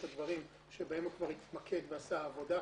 הדברים שבהם הוא כבר התמקד ועשה עבודה,